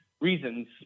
reasons